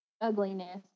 ugliness